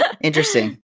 Interesting